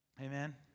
Amen